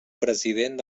president